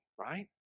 right